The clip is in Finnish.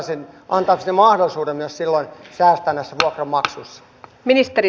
se antaisi mahdollisuuden myös säästää näissä vuokranmaksuissa